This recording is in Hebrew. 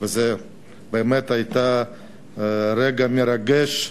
וזה היה רגע מרגש,